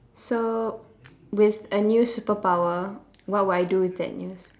so with a new superpower what would I do with that new